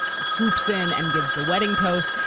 swoops in and gives the wedding toast.